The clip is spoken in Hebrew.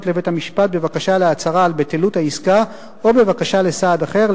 אל בית-המשפט בבקשה להצהרה על בטלות העסקה או בבקשה לסעד אחר,